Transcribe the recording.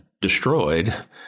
destroyed